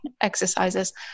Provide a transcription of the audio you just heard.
exercises